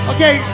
Okay